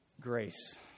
Grace